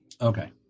Okay